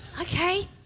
Okay